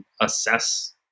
assess